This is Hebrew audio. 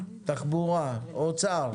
תחבורה, אוצר,